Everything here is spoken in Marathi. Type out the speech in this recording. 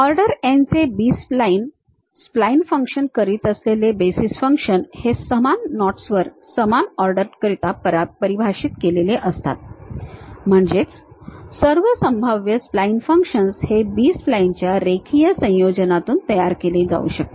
ऑर्डर n चे बी स्प्लाइन्स स्प्लाइन फंक्शन करीत असलेले बेसिस फंक्शन हे समान नॉट्सवर समान ऑर्डर करिता परिभाषित केलेले असतात म्हणजेच सर्व संभाव्य स्प्लाइन फंक्शनस हे बी स्प्लाइनच्या रेखीय संयोजनातून तयार केले जाऊ शकतात